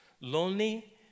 lonely